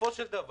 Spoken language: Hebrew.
ובסופו של דבר,